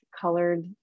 colored